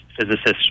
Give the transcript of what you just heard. physicists